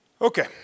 Okay